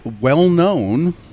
well-known